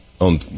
on